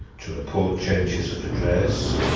to report changes of address,